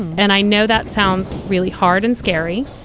and i know that sounds really hard and scary.